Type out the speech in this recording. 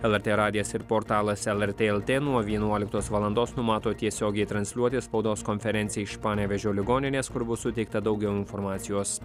lrt radijas ir portalas lrt lt nuo vienuoliktos valandos numato tiesiogiai transliuoti spaudos konferenciją iš panevėžio ligoninės kur bus suteikta daugiau informacijos